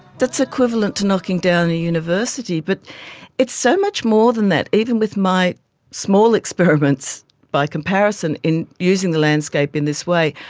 that's equivalent to knocking down a university. but it so much more than that. even with my small experiments by comparison in using the landscape in this way,